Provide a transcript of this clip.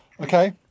Okay